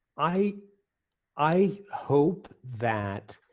i i hope that